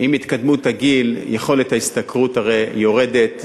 עם התקדמות הגיל יכולת ההשתכרות הרי יורדת,